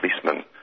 policeman